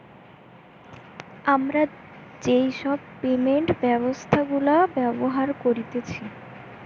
আমরা যেই সব পেমেন্ট ব্যবস্থা গুলা ব্যবহার করতেছি